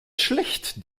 schlecht